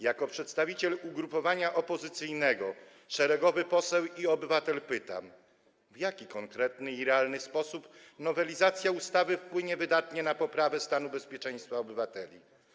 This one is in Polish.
Jako przedstawiciel ugrupowania opozycyjnego, szeregowy poseł i obywatel pytam, w jaki konkretny i realny sposób nowelizacja ustawy wpłynie wydatnie na poprawę stanu bezpieczeństwa obywateli.